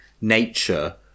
nature